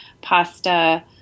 pasta